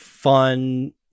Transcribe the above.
fun